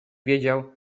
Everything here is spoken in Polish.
wiedział